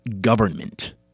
government